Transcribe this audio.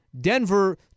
Denver